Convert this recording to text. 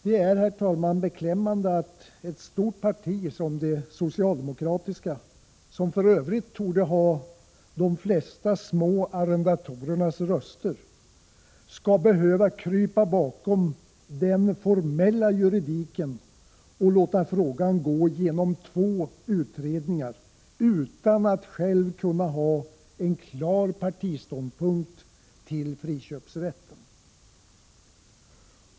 Det är beklämmande att ett stort parti som det socialdemokratiska, som för övrigt torde ha de flesta små arrendatorernas röster, skall behöva krypa bakom den formella juridiken och låta frågan gå genom två utredningar utan att självt kunna ha en klar partiståndpunkt till friköpsrätten.